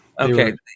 Okay